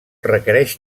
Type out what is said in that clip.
requereix